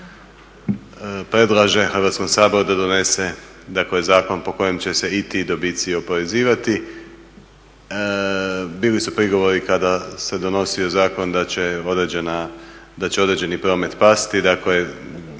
Hrvatskom saboru da donese, dakle zakon po kojem će se i ti dobici oporezivati. Bili su prigovori kada se donosio zakon da će određeni promet past,